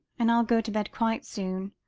and i'll go to bed quite soon.